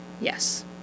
Yes